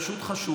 זו רשות חשובה,